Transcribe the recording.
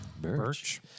Birch